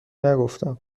نگفتم